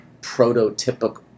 prototypical